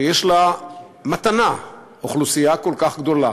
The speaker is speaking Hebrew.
שיש לה מתנה, אוכלוסייה כל כך גדולה,